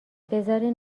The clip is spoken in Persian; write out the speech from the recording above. بذارین